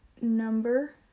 Number